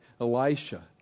Elisha